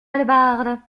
hallebarde